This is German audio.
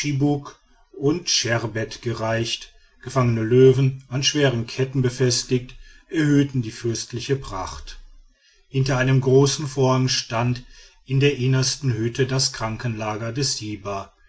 und scherbet gereicht gefangene löwen an schweren ketten befestigt erhöhten die fürstliche pracht hinter einem großen vorhang stand in der innersten hütte das krankenlager des